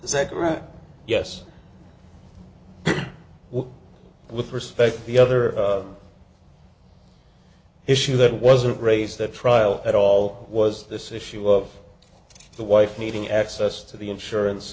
second right yes with respect to the other issue that wasn't raised that trial at all was this issue of the wife needing access to the insurance